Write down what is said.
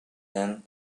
then